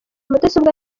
mudasobwa